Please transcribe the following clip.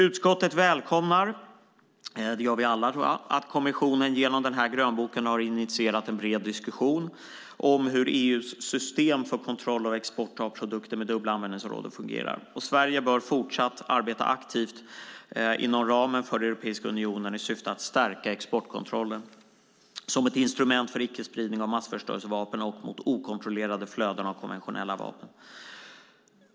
Utskottet välkomnar - det gör vi alla, tror jag - att kommissionen genom grönboken har initierat en bred diskussion om hur EU:s system för kontroll av export av produkter med dubbla användningsområden fungerar. Sverige bör fortsatt arbeta aktivt inom ramen för Europeiska unionen i syfte att stärka exportkontrollen som ett instrument för icke-spridning av massförstörelsevapen och mot okontrollerade flöden av konventionella vapen.